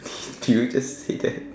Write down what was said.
did you just say that